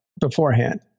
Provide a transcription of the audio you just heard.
beforehand